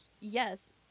Yes